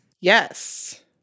Yes